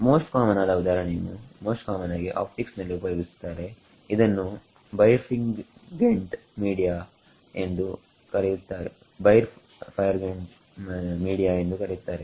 most common ಆದ ಉದಾಹರಣೆಯು most common ಆಗಿ ಆಪ್ಟಿಕ್ಸ್ ನಲ್ಲಿ ಉಪಯೋಗಿಸುತ್ತಾರೆ ಇದನ್ನು ಬೈರ್ಫಿಂಗೆಂಟ್ ಮೀಡಿಯ ಎಂದು ಕರೆಯುತ್ತಾರೆ